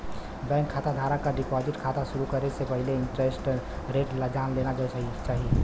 bank खाता धारक क डिपाजिट खाता शुरू करे से पहिले इंटरेस्ट रेट जान लेना चाही